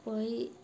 کوئی